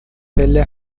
پله